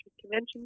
convention